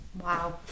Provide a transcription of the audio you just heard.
Wow